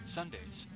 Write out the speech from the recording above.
Sundays